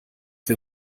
wir